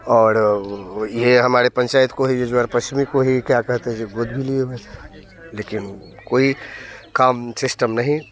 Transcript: और ये हमारे पंचायत को ही जजवार पश्चिमी को ही क्या कहते हैं जो गोद भी लिए हुए थे लेकिन कोई काम सिस्टम नहीं